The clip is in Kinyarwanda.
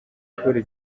paul